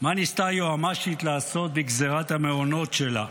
מה ניסתה היועמ"שית לעשות בגזירת המעונות שלה?